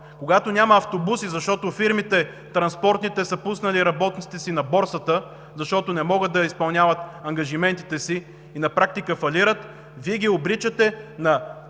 когато няма автобуси, защото транспортните фирми са пуснали работниците си на борсата, защото не могат да изпълняват ангажиментите си и на практика фалират, Вие ги обричате на